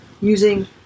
using